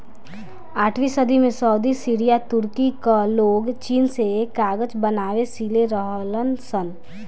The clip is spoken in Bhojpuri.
आठवीं सदी में सऊदी, सीरिया, तुर्की कअ लोग चीन से कागज बनावे सिले रहलन सन